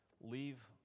leave